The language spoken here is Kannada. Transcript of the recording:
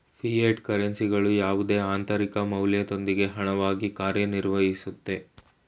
ಫಿಯೆಟ್ ಕರೆನ್ಸಿಗಳು ಯಾವುದೇ ಆಂತರಿಕ ಮೌಲ್ಯದೊಂದಿಗೆ ಹಣವಾಗಿ ಕಾರ್ಯನಿರ್ವಹಿಸುತ್ತೆ